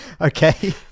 Okay